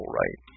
right